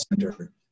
center